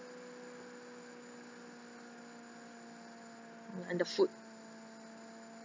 and the food